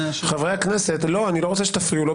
הניסיון הזה להעמיס כביכול את כל המחטף על אדם אחד,